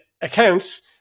accounts